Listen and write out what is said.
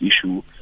issue